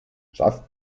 shaft